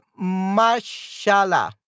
Mashallah